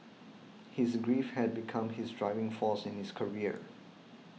his grief had become his driving force in his career